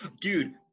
dude